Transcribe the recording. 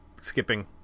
skipping